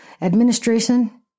administration